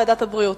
ועדת הבריאות.